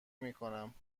میکنم